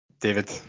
David